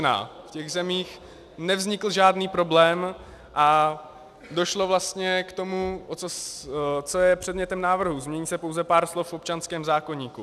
V těch zemích nevznikl žádný problém a došlo vlastně k tomu, co je předmětem návrhu, změní se pouze pár slov v občanském zákoníku.